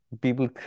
People